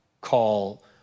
call